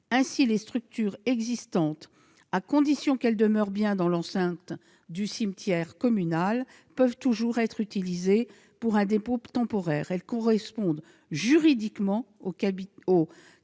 Ainsi, les structures existantes, à condition qu'elles demeurent bien dans l'enceinte du cimetière communal, peuvent toujours être utilisées pour un dépôt temporaire. Elles correspondent juridiquement aux «